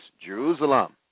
Jerusalem